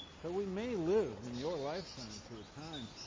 so we may live, in your lifetime, to a time